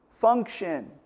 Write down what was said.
function